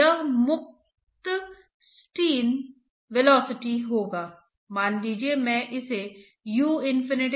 तो अगर वे एक साथ घटित हो रहे हैं तो उन्हें कैसे मापें